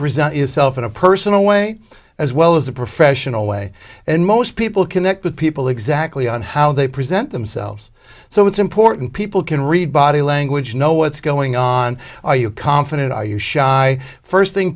present yourself in a personal way as well as a professional way and most people connect with people exactly on how they present themselves so it's important people can read body language know what's going on are you confident are you shy first thing